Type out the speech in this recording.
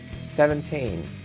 Seventeen